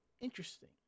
interesting